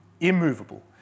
immovable